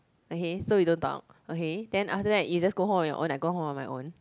okay so we don't talk okay then after that you just go home on your own I go home on my own